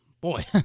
boy